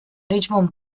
richmond